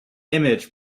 image